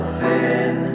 thin